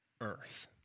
earth